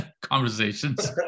conversations